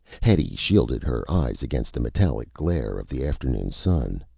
hetty shielded her eyes against the metallic glare of the afternoon sun.